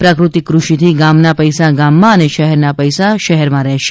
પ્રાકૃતિક કૃષિથી ગામના પૈસા ગામમાં અને શહેરના પૈસા શહેરમાં રહેશે